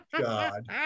God